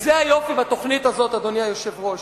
זה היופי בתוכנית הזאת, אדוני היושב-ראש.